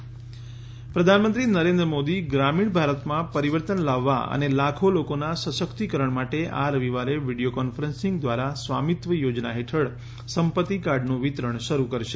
પ્રધાન સ્વામીત્વ યોજના પ્રધાનમંત્રી નરેન્દ્ર મોદી ગ્રામીણ ભારતમાં પરિવર્તન લાવવાઅને લાખો લોકોના સશક્તિકરણ માટે આ રવિવારે વીડિયો કોન્ફરન્સિંગ દ્વારા સ્વામીત્વ યોજના હેઠળ સંપત્તિ કાર્ડનું વિતરણ શરૂ કરશે